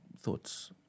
thoughts